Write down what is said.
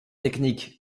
technique